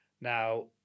Now